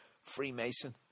Freemason